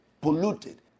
polluted